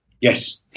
Yes